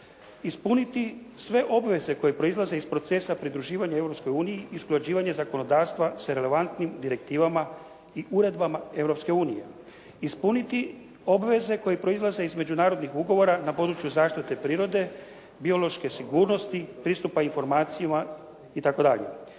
ispuniti sve obveze koje proizlaze iz procesa pridruživanja Europskoj uniji i usklađivanje zakonodavstva sa relevantnim direktivama i uredbama Europske unije, ispuniti obveze koje proizlaze iz međunarodnih ugovora na području zaštite prirode, biološke sigurnosti, pristupa informacijama itd.,